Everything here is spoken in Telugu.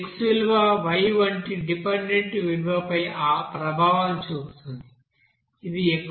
ఈ x విలువ y వంటి డిపెండెంట్ విలువపై ప్రభావం చూపుతుంది ఇది x1 కి 2